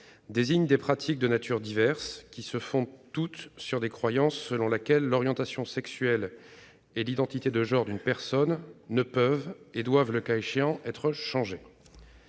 sont des pratiques de natures diverses, qui se fondent toutes sur des croyances selon laquelle l'orientation sexuelle et l'identité de genre d'une personne peuvent et doivent, le cas échéant, être changées.